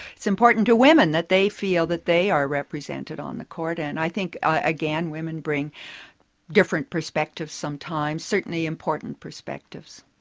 it's important to women that they feel that they are represented on the court, and i think, again, women bring different perspectives sometimes. sometimes. certainly important perspectives.